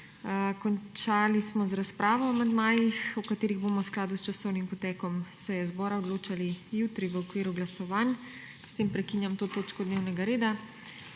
Končali smo z razpravo o amandmajih, o katerih bomo v skladu s časovnim potekom seje zbora odločali jutri v okviru glasovanj. S tem prekinjam to točko dnevnega reda.